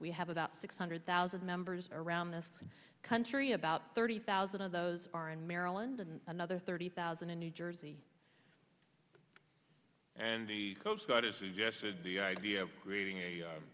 we have about six hundred thousand members around this country about thirty thousand of those are in maryland and another thirty thousand in new jersey and the study suggested the idea of creating a